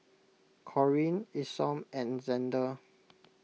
Corrine Isom and Xander